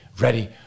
ready